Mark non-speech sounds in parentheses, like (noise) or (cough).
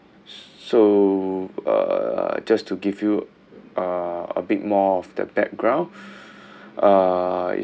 so uh just to give you uh a bit more of the background (breath) uh is that